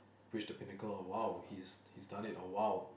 reached the Pinnacle !wow! he's he's done it oh !wow!